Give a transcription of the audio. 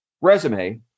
resume